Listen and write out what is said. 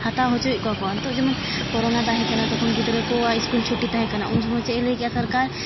ᱦᱟᱛᱟᱣ ᱦᱚᱪᱚᱭᱮᱫ ᱠᱚᱣᱟ ᱠᱚ ᱱᱤᱛᱚᱜ ᱡᱮᱢᱚᱱ ᱠᱚᱨᱳᱱᱟ ᱛᱟᱦᱮᱸ ᱠᱟᱱᱟ ᱛᱚᱠᱷᱚᱱ ᱜᱤᱫᱽᱨᱟᱹ ᱠᱚᱣᱟᱜ ᱥᱠᱩᱞ ᱪᱷᱩᱴᱤ ᱛᱟᱦᱮᱸ ᱠᱟᱱᱟ ᱩᱱ ᱥᱚᱢᱚᱭ ᱪᱮᱫ ᱮ ᱞᱟᱹᱭ ᱠᱮᱫᱟ ᱥᱚᱨᱠᱟᱨ